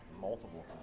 multiple